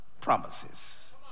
promises